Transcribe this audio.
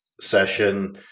session